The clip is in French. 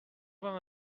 avoir